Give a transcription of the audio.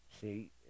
See